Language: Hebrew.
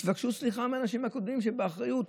תבקשו סליחה מהאנשים הקודמים שבאחריות.